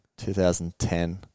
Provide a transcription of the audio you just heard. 2010